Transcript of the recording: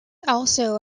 also